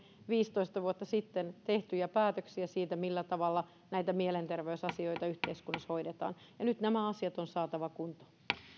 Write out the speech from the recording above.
viisitoista vuotta sitten tehtyjä päätöksiä siitä millä tavalla mielenterveysasioita yhteiskunnassa hoidetaan ja nyt nämä asiat on saatava kuntoon